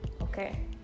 okay